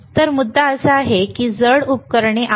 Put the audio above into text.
तर मुद्दा असा आहे की ही जड उपकरणे आहेत